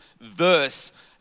verse